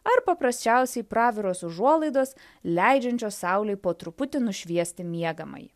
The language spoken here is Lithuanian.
ar paprasčiausiai praviros užuolaidos leidžiančios saulei po truputį nušviesti miegamąjį